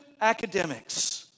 academics